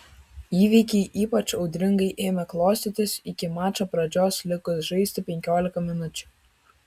įvykiai ypač audringai ėmė klostytis iki mačo pradžios likus žaisti penkiolika minučių